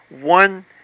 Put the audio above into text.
One